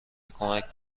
کمک